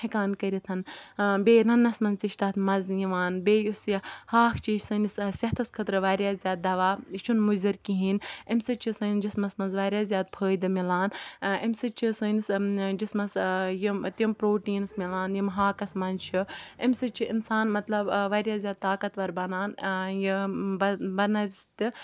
ہیٚکان کٔرِتھ بیٚیہِ رَننَس مَنٛز تہِ چھُ تَتھ مَزٕ یِوان بیٚیہِ یُس یہِ ہاکھ چھُ یہِ چھُ سٲنِس صحتَس خٲطرٕ واریاہ زیادٕ دَوا یہِ چھُنہٕ مُضِر کِہیٖنۍ امہِ سۭتۍ چھُ سٲنۍ جِسمَس مَنٛز واریاہ زیادٕ فٲیدٕ مِلان امہِ سۭتۍ چھُ سٲنِس جِسمَس یِم تِم پروٹیٖنز مِلان یِم ہاکَس مَنٛز چھِ امہِ سۭتۍ چھُ اِنسان مَطلَب واریاہ زیادٕ طاقَتوَر بَنان